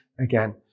again